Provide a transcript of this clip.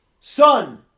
Son